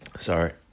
Sorry